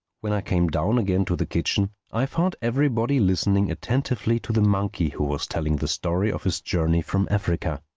when i came down again to the kitchen i found everybody listening attentively to the monkey who was telling the story of his journey from africa.